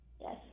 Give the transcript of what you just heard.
Yes